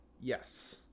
Yes